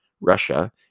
Russia